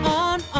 on